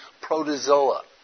protozoa